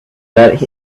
that